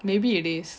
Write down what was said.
maybe it is